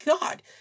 God